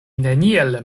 neniel